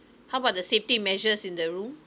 how about the safety measures in the room